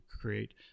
create